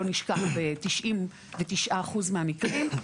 לא נשכח 99% מהמקרים,